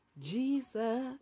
Jesus